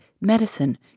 medicine